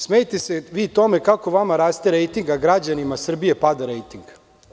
Smejte se vi tome kako vama raste rejting, a građanima Srbije pada rejting.